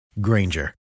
Granger